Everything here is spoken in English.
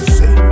say